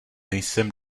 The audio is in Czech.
nejsem